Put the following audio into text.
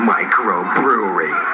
Microbrewery